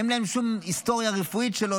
ואין לה שום היסטוריה רפואית שלו.